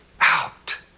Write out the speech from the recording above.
out